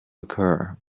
occur